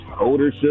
older